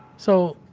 so,